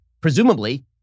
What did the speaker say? Presumably